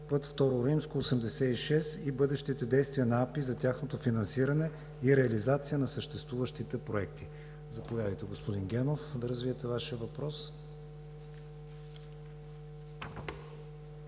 път ІІ-86 и бъдещите действия на АПИ за тяхното финансиране и реализация на съществуващите проекти. Заповядайте, господин Генов, за да развиете Вашия въпрос.